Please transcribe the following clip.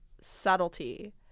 subtlety